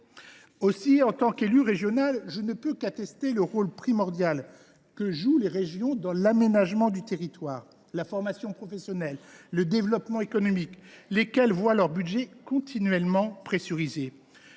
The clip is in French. En tant qu’élu régional, je ne puis qu’attester le rôle primordial que jouent les régions dans l’aménagement du territoire, la formation professionnelle, le développement économique, alors que leur budget est continuellement pressurisé.